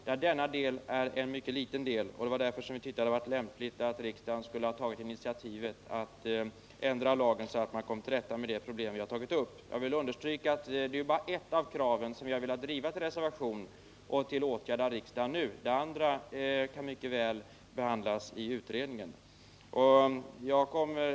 Där är denna fråga en mycket liten del, och därför tyckte vi att det hade varit lämpligt att riksdagen hade tagit initiativ till att ändra lagen, så att man hade kunnat komma till rätta med de problem vi har tagit upp. Jag vill understryka att det bara är ett av kraven som vi har velat driva till reservation och till åtgärd från riksdagens sida nu. Resten kan mycket väl behandlas i utredningen.